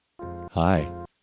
Hi